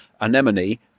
Anemone